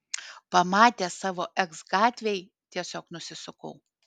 pamatęs savo eks gatvėj tiesiog nusisukau